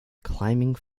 climbing